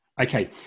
Okay